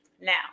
Now